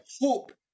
hope